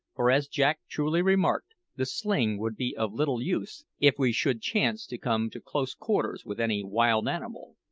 for, as jack truly remarked, the sling would be of little use if we should chance to come to close quarters with any wild animal.